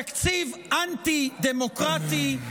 תקציב אנטי-דמוקרטי,